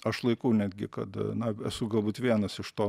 aš laikau netgi kad na esu galbūt vienas iš to